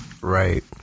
Right